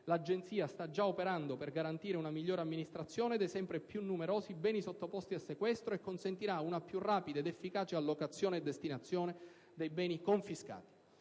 L'Agenzia sta già operando per garantire una migliore amministrazione dei sempre più numerosi beni sottoposti a sequestro e consentirà una più rapida ed efficace allocazione e destinazione dei beni confiscati.